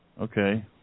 Okay